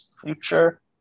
future